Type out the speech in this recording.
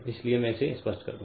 इसलिए मैं इसे स्पष्ट कर दूं